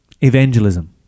evangelism